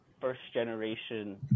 first-generation